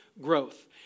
growth